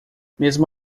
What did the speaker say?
mesmo